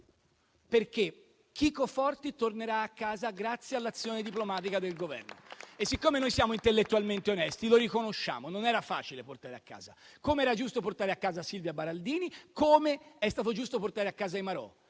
perché Chico Forti tornerà a casa grazie all'azione diplomatica del Governo. E siccome noi siamo intellettualmente onesti, riconosciamo che non era facile portarlo a casa, come era giusto portare a casa Silvia Baraldini, come è stato giusto portare a casa i marò,